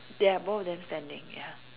yeah both of them standing ya